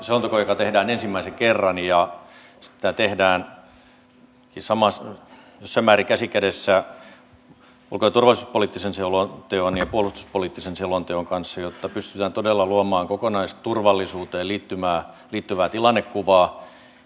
se on selonteko joka tehdään ensimmäisen kerran ja sitä tehdään jossain määrin käsi kädessä ulko ja turvallisuuspoliittisen selonteon ja puolustuspoliittisen selonteon kanssa jotta pystytään todella luomaan kokonaisturvallisuuteen liittyvää tilannekuvaa